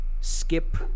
skip